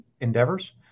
endeavors